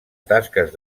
tasques